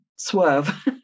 swerve